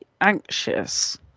anxious